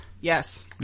Yes